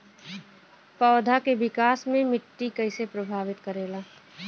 पौधा के विकास मे मिट्टी कइसे प्रभावित करेला?